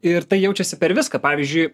ir tai jaučiasi per viską pavyzdžiui